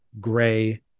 gray